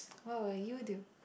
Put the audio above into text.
what will you do